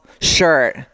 shirt